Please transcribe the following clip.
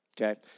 okay